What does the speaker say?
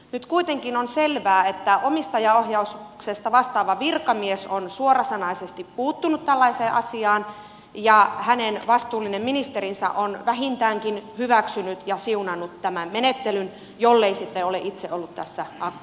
nyt kuitenkin on selvää että omistajaohjauksesta vastaava virkamies on suorasanaisesti puuttunut tällaiseen asiaan ja hänen vastuullinen ministerinsä on vähintäänkin hyväksynyt ja siunannut tämän menettelyn jollei sitten ole itse ollut tässä aktiivinen